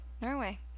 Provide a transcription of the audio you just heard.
Norway